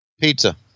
Pizza